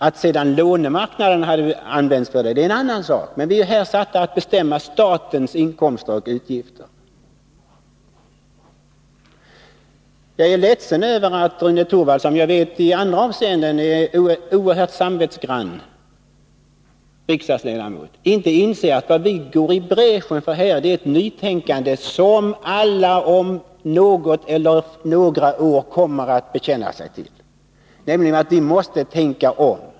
Att sedan lånemarknaden hade använts för det är en annan sak, men vi är tillsatta för att bestämma statens inkomster och utgifter. Jag är ledsen över att Rune Torwald, som jag vet är en oerhört samvetsgrann riksdagsledamot i andra avseenden, inte inser att vad vi går i bräschen för här är ett nytänkande som alla om något eller några år kommer att bekänna sig till. Vi måste tänka om.